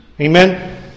Amen